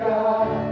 God